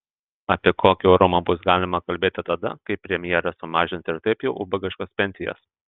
apie kokį orumą bus galima kalbėti tada kai premjeras sumažins ir taip jau ubagiškas pensijas